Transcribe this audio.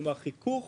כלומר, חיכוך